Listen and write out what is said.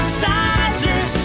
sizes